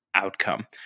Outcome